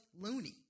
loony